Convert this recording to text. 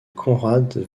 conrad